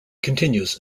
continues